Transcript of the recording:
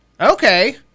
Okay